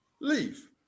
leave